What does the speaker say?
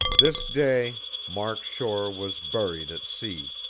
this day mark shore was buried at sea.